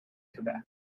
quebec